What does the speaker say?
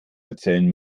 erzählen